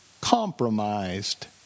compromised